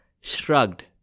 shrugged